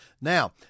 Now